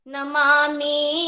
Namami